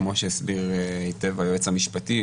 כמו שהסביר היטב היועץ המשפטי,